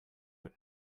out